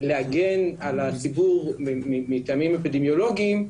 להגן על הציבור מטעמים אפידמיולוגיים,